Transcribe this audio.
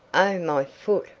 oh, my foot!